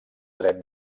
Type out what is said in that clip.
dret